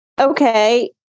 Okay